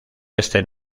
este